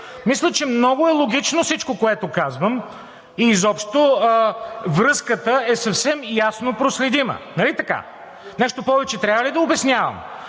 мисля, че е много логично, всичко което казвам – изобщо, връзката е съвсем ясно проследима. Нали така? Нещо повече трябва ли да обяснявам?